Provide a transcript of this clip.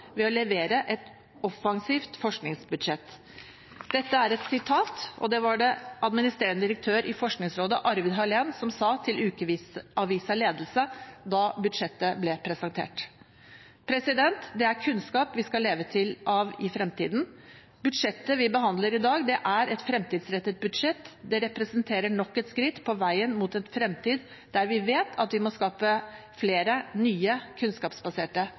ved å levere et offensivt forskningsbudsjett.» Dette sa administrerende direktør i Forskningsrådet, Arvid Hallén til Ukeavisen Ledelse da budsjettet ble presentert. Det er kunnskap vi skal leve av i fremtiden. Budsjettet vi behandler i dag, er et fremtidsrettet budsjett, det representerer nok et skritt på veien mot en fremtid der vi vet at vi må skape flere, nye kunnskapsbaserte